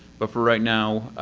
but for right now,